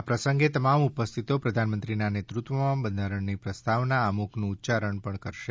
આ પ્રસંગે તમામ ઉપસ્થિતો પ્રધાનમંત્રીના નેતૃત્વમાં બંધારણની પ્રસ્તાવનાઆમુખનું ઉચ્યારણ પણ કરશે